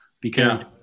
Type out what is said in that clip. because-